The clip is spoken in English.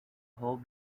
hold